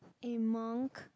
in monk